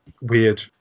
weird